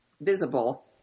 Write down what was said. visible